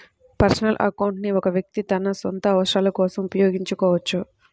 personal account ని ఒక వ్యక్తి తన సొంత అవసరాల కోసం ఉపయోగించుకోవచ్చు